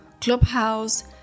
Clubhouse